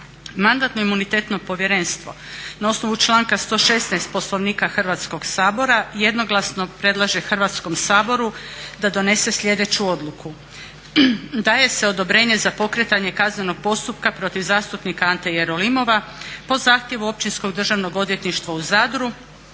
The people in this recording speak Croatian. Mandatno-imunitetno povjerenstvo na osnovu članka 116. Poslovnika Hrvatskog sabora jednoglasno predlaže Hrvatskom saboru da donese sljedeću odluku: "Daje se odobrenje za pokretanje kaznenog postupka protiv zastupnika Ante Jerolimova po zahtjevu Općinskog državnog odvjetništva u Zadru